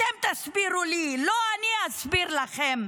אתם תסבירו לי, לא אני אסביר לכם.